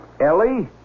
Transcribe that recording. Ellie